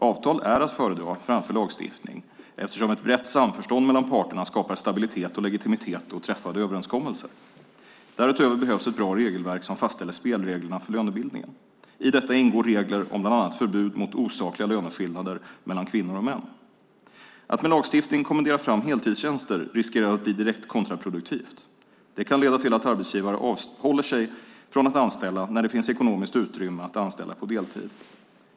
Avtal är att föredra framför lagstiftning eftersom ett brett samförstånd mellan parterna skapar stabilitet och legitimitet åt träffade överenskommelser. Därutöver behövs ett bra regelverk som fastställer spelreglerna för lönebildningen. I detta ingår regler om bland annat förbud mot osakliga löneskillnader mellan kvinnor och män. Att med lagstiftning kommendera fram heltidstjänster riskerar att bli direkt kontraproduktivt. Det kan leda till att arbetsgivare avhåller sig från att anställa när det finns ekonomiskt utrymme att anställa på deltid.